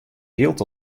jild